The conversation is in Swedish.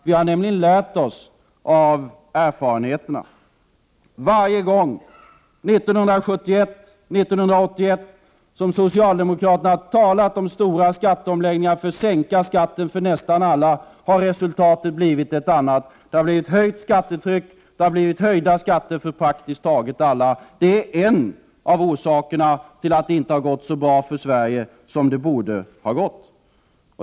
Vi har nämligen lärt oss av erfarenheterna. Varje gång — 1971 och 1981 — som socialdemokraterna har talat om stora skatteomläggningar för att sänka skatten för nästan alla har — Prot. 1988/89:59 resultatet blivit ett annat. Det har blivt höjt skattetryck och högre skatter för — 1 februari 1989 praktiskt taget alla. Detta är en av orsakerna till att det inte gått så bra för Sverige som det borde ha gått.